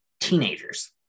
teenagers